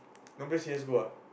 nobody C_S go ah